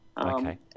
Okay